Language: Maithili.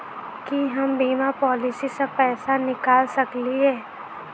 की हम बीमा पॉलिसी सऽ पैसा निकाल सकलिये?